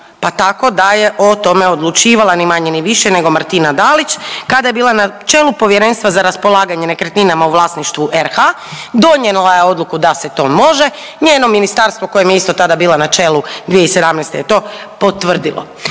Pa tako da je o tome odlučivala ni manje ni više nego Martina Dalić kada je bila na čelu Povjerenstva za raspolaganje nekretninama u vlasništvu RH donijela je odluku da se to može, njeno ministarstvo u kojem je isto tada bila na čelu 2017. je to potvrdilo.